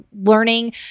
learning